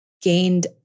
gained